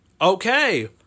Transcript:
Okay